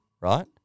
right